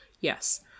Yes